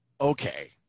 Okay